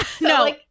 No